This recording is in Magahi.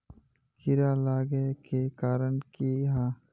कीड़ा लागे के कारण की हाँ?